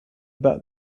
about